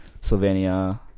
Slovenia